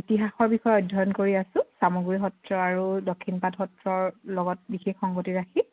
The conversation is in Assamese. ইতিহাসৰ বিষয়ে অধ্যয়ন কৰি আছোঁ চামগুৰি সত্ৰ আৰু দক্ষিণপাট সত্ৰৰ লগত বিশেষ সংগতি ৰাখি